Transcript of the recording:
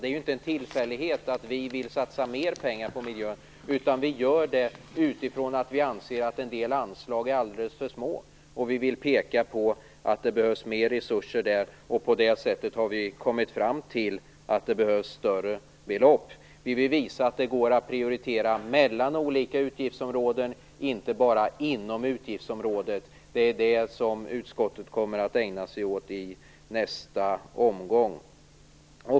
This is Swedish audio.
Det är ju inte en tillfällighet att vi vill satsa mer pengar på miljön. Vi gör det därför att vi anser att en del anslag är alldeles för små. Vi vill peka på att det behövs mer resurser där. På det sättet har vi kommit fram till att det behövs större belopp. Vi vill visa att det går att prioritera mellan olika utgiftsområden och inte bara inom utgiftsområdet. Det är detta som utskottet kommer att ägna sig åt i nästa omgång.